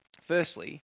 Firstly